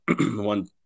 one